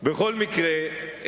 בכל מקרה,